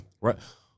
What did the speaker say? Right